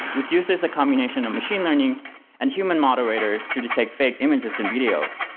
which uses a combination of machine learning and human moderators to detect fake images and videos,